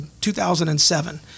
2007